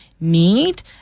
need